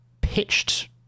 pitched